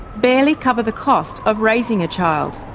barely cover the cost of raising a child.